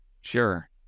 Sure